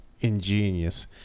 ingenious